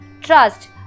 trust